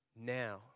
Now